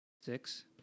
Six